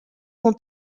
mon